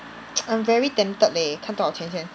I'm very tempted leh 看多少钱先